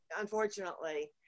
unfortunately